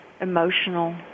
emotional